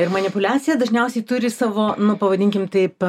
ir manipuliacija dažniausiai turi savo nu pavadinkim taip